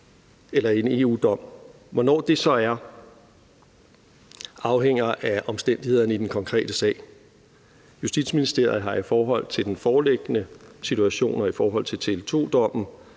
efter en EU-dom. Hvornår det så er, afhænger af omstændighederne i den konkrete sag. Justitsministeriet har i forhold til den foreliggende situation og i forhold til Tele2-dommen